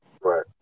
Right